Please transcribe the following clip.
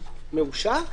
מאושר,